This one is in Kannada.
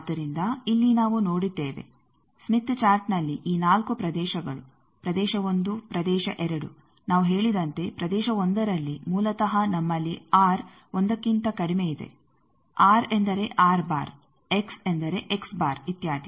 ಆದ್ದರಿಂದ ಇಲ್ಲಿ ನಾವು ನೋಡಿದ್ದೇವೆ ಸ್ಮಿತ್ ಚಾರ್ಟ್ನಲ್ಲಿ ಈ ನಾಲ್ಕು ಪ್ರದೇಶಗಳು ಪ್ರದೇಶ 1 ಪ್ರದೇಶ 2 ನಾವು ಹೇಳಿದಂತೆ ಪ್ರದೇಶ 1ರಲ್ಲಿ ಮೂಲತಃ ನಮ್ಮಲ್ಲಿ ಆರ್ 1ಕ್ಕಿಂತ ಕಡಿಮೆ ಇದೆ ಆರ್ ಎಂದರೆ ಎಕ್ಸ್ ಎಂದರೆ ಇತ್ಯಾದಿ